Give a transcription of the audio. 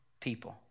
people